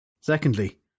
Secondly